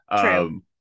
true